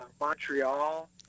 Montreal